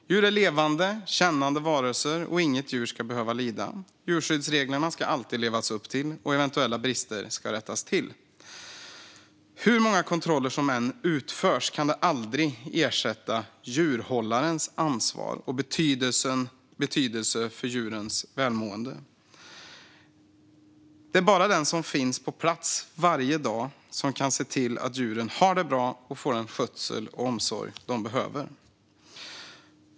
Djur är levande, kännande varelser, och inget djur ska behöva lida. Djurskyddsreglerna ska alltid efterlevas, och eventuella brister ska rättas till. Hur många kontroller som än utförs kan de aldrig ersätta djurhållarens ansvar och betydelse för djurens välmående. Det är bara den som finns på plats varje dag som kan se till att djuren har det bra och får den skötsel och omsorg de behöver.